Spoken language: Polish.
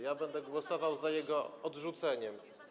Ja będę głosował za jego odrzuceniem.